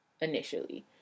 initially